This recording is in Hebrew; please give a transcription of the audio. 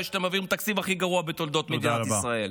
אחרי שאתם מעבירים את התקציב הכי גרוע בתולדות מדינת ישראל.